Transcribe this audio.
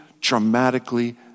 dramatically